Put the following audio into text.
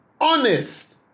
honest